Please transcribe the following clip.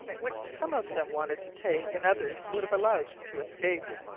which some of them wanted to take and others would have allowed to escape.